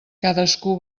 cadascú